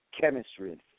chemistry